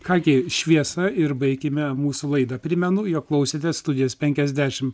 ką gi šviesa ir baikime mūsų laidą primenu jog klausėte studijos penkiasdešim